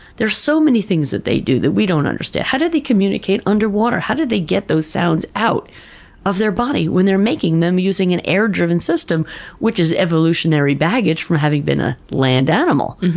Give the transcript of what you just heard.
there's so many things they do that we don't understand. how do they communicate underwater? how do they get those sounds out of their body when they're making them using an air driven system which is evolutionary baggage from having been a land animal?